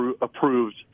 approved